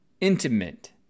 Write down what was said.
intimate